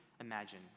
imagine